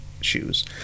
shoes